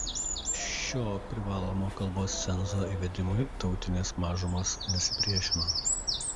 šio privalomo kalbos cenzo įvedimui tautinės mažumos nesipriešino